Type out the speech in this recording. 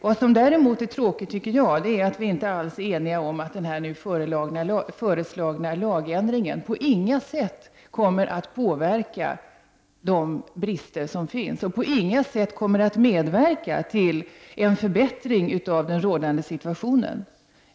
Vad jag däremot tycker är tråkigt är att vi i utskottet inte alls är eniga om att den nu föreslagna lagändringen på inga sätt kommer att påverka de brister som finns och på inga sätt kommer att medverka till en förbättring av den rådande situationen.